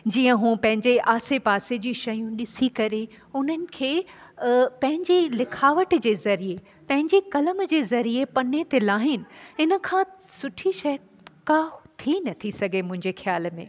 जीअं हू पंहिंजे आसे पासे जी शयूं ॾिसी करे उन्हनि खे पंहिंजी लिखावट जे ज़रिए पंहिंजे कलम जे ज़रिए पन्ने ते लाहीनि इनखां सुठी शइ का थी नथी सघे मुंहिंजे ख़्याल में